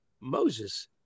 Moses